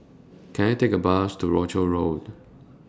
Can I Take A Bus to Rochor Road